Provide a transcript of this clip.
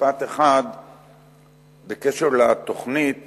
משפט אחד בקשר לתוכנית